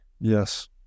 Yes